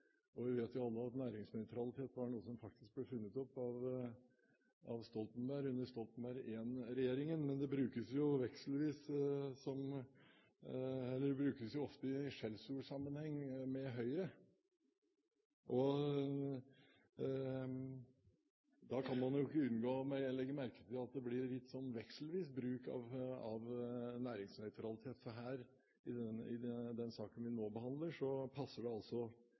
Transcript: Vi vet alle at næringsnøytralitet faktisk var noe som ble funnet opp av Stoltenberg under Stoltenberg I-regjeringen, men det brukes ofte i skjellsordsammenheng mot Høyre. Da kan man jo ikke unngå å legge merke til at det blir vekselvis bruk av næringsnøytralitet, for her – i den saken vi nå behandler – passer det altså